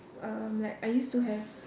um like I used to have